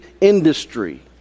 industry